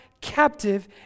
captive